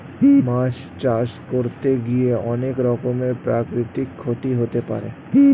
মাছ চাষ করতে গিয়ে অনেক রকমের প্রাকৃতিক ক্ষতি হতে পারে